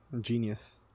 Genius